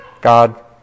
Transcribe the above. God